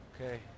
Okay